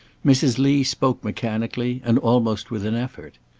mrs. lee spoke mechanically, and almost with an effort.